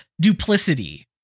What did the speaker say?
duplicity